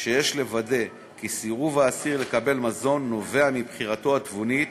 שיש לוודא כי סירוב האסיר לקבל מזון נובע מבחירתו התבונית,